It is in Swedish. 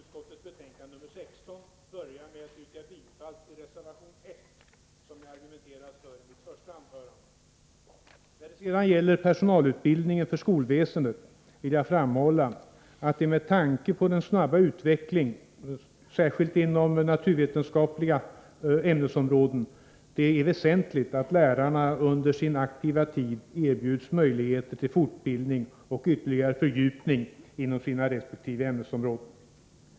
När det sedan gäller personalutbildningen för skolväsendet vill jag framhålla att det med tanke på den snabba utvecklingen, särskilt inom naturvetenskapliga ämnesområden, är väsentligt att lärarna under sin aktiva tid erbjuds möjligheter till fortbildning och ytterligare fördjupning inom sina resp. ämnen.